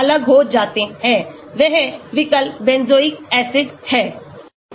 वह विकल्प benzoic acid है